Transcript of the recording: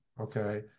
okay